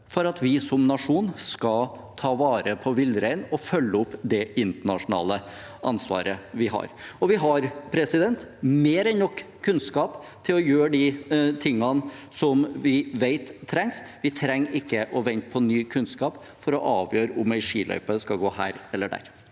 for at vi som nasjon skal ta vare på villreinen og følge opp det internasjonale ansvaret vi har. Vi har mer enn nok kunnskap til å gjøre de tingene som vi vet trengs. Vi trenger ikke å vente på ny kunnskap for å avgjøre om en skiløype skal gå her eller der.